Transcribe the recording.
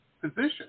position